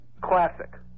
Classic